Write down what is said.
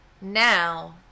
now